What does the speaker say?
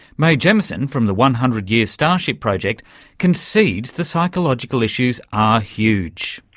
mae jemison from the one hundred year starship project concedes the psychological issues are huge.